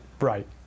Right